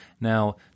Now